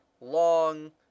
long